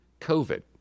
COVID